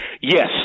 Yes